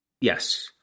Yes